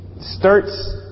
Starts